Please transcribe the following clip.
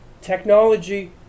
technology